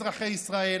אזרחי ישראל,